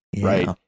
Right